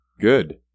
Good